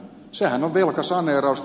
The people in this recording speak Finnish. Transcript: sehän on velkasaneerausta